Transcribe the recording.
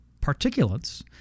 particulates